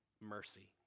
mercy